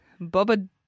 Boba